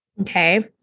Okay